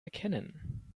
erkennen